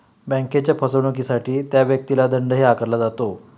बँकेच्या फसवणुकीसाठी त्या व्यक्तीला दंडही आकारला जातो